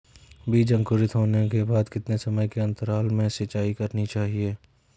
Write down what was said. बीज अंकुरित होने के बाद कितने समय के अंतराल में सिंचाई करनी चाहिए?